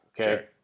okay